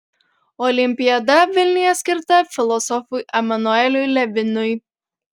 olimpiada vilniuje skirta filosofui emanueliui levinui